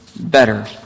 better